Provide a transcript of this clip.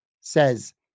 says